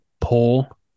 pull